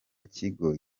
kigo